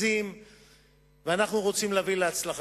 צריכה לקבל ולא בדרך שניסו בעצם לקדם את העניין ולעשות את זה בצורה